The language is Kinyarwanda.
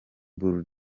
bull